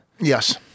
Yes